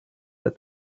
that